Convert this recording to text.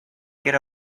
get